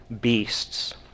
beasts